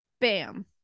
Bam